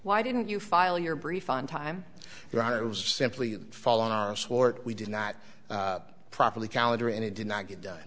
why didn't you file your brief on time rather it was simply fall on our support we did not properly calendar and it did not get done